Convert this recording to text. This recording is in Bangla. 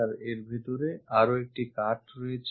আর এর ভেতরে আরো একটি cut রয়েছে